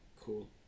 cool